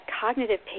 cognitive